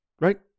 right